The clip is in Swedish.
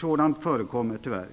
Sådant förekommer tyvärr.